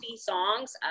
songs